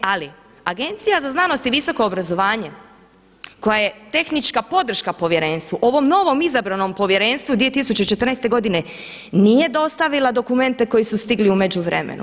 E ali, Agencija za znanost i visoko obrazovanje koja je tehnička podrška povjerenstvu, ovom novom izabranom povjerenstvu 2014. godine nije dostavila dokumente koji su stigli u međuvremenu.